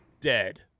dead